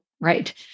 right